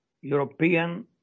European